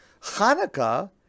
Hanukkah